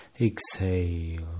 exhale